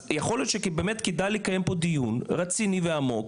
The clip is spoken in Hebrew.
אז יכול להיות שבאמת כדאי לקיים פה דיון רציני ועמוק,